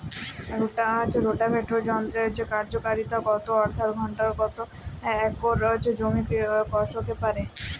Rotavator যন্ত্রের কার্যকারিতা কত অর্থাৎ ঘণ্টায় কত একর জমি কষতে পারে?